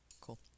cool